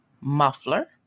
muffler